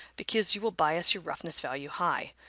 because you will bias your roughness value high.